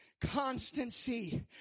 constancy